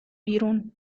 بیرون